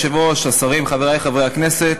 אדוני היושב-ראש, השרים, חברי חברי הכנסת,